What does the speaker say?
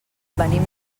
venim